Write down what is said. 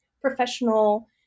professional